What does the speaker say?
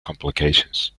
complications